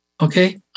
Okay